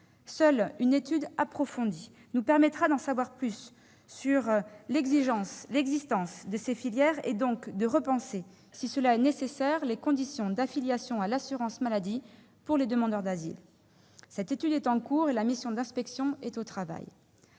Seule une étude approfondie nous permettra d'en savoir plus sur l'existence de ces filières et donc de repenser, si cela est nécessaire, les conditions d'affiliation à l'assurance maladie pour les demandeurs d'asile. Cette étude est en cours et la mission d'inspection est au travail.